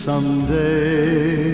Someday